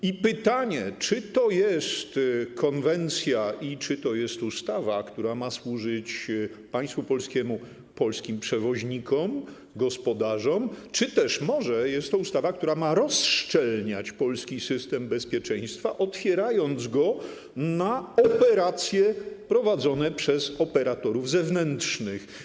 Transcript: I pytanie: Czy to jest konwencja, czy to jest ustawa, która ma służyć państwu polskiemu, polskim przewoźnikom, gospodarzom, czy też może jest to ustawa, która ma rozszczelniać polski system bezpieczeństwa, otwierając go na operacje prowadzone przez operatorów zewnętrznych?